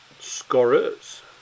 Scorers